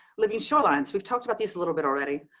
living shorelines. we've talked about this a little bit already.